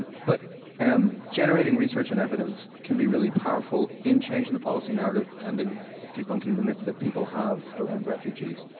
but um generating research and evidence can be really powerful in changing the policy narrative and in debunking the myths that people have around refugees,